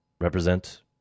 Represent